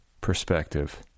perspective